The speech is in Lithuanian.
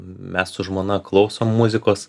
mes su žmona klausom muzikos